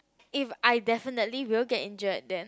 if I definitely will get injured then